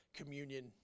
communion